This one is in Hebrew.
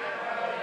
אני